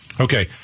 Okay